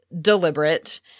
deliberate